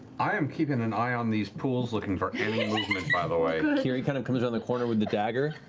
i am keeping an eye on these pools, looking for any and movement, by the way. matt kiri kind of comes around the corner with the dagger,